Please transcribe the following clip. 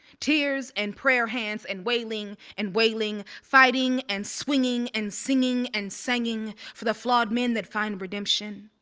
tears and prayer hands and wailing and wailing, fighting and swinging and singing and sanging for the flawed men that find redemption,